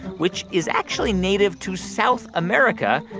which is actually native to south america,